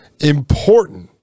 important